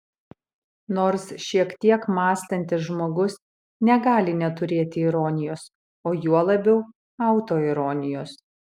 nors šiek tiek mąstantis žmogus negali neturėti ironijos o juo labiau autoironijos